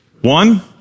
One